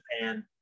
Japan